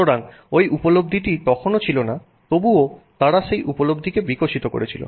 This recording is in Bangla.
সুতরাং ওই উপলব্ধিটি তখনও ছিলনা তবুও তারা সেই উপলব্ধিকে বিকশিত করছিল